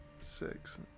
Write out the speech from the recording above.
six